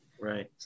right